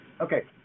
Okay